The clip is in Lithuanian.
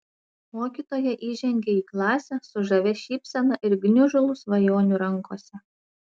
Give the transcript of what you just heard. mokytoja įžengė į klasę su žavia šypsena ir gniužulu svajonių rankose